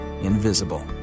invisible